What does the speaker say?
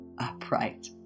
upright